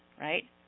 right